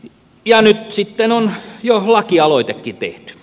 ja nyt sitten on jo lakialoitekin tehty